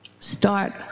start